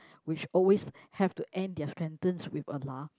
which always have to end their sentence with a lah